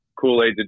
Kool-Aid